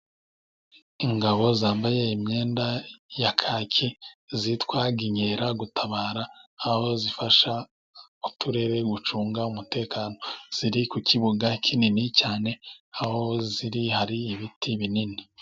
Ingabo zambaye imyenda ya kaki zitwa inkeragutabara, aho zifasha uturere gucunga umutekano. Ziri ku kibuga kinini cyane, aho ziri hari ibiti binini.